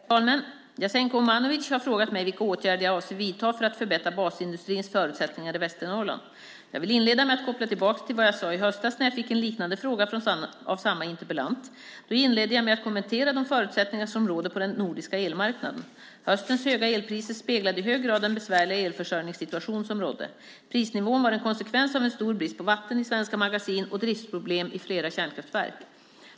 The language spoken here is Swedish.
Herr talman! Jasenko Omanovic har frågat mig vilka åtgärder jag avser att vidta för att förbättra basindustrins förutsättningar i Västernorrland. Jag vill inleda med att koppla tillbaka till vad jag sade i höstas när jag fick en liknande fråga av samma interpellant. Då inledde jag med att kommentera de förutsättningar som råder på den nordiska elmarknaden. Höstens höga elpriser speglade i hög grad den besvärliga elförsörjningssituation som rådde. Prisnivån var en konsekvens av en stor brist på vatten i svenska magasin och driftsproblem i flera kärnkraftverk.